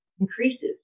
increases